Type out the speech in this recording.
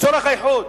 לצורך האיחוד,